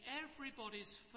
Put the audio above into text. everybody's